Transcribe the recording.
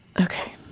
Okay